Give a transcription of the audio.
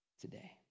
today